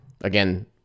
again